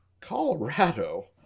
Colorado